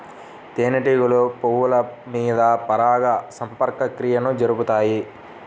తేనెటీగలు పువ్వుల మీద పరాగ సంపర్క క్రియను జరుపుతాయి